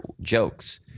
jokes